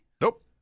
Nope